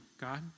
God